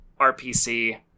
RPC